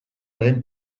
lehen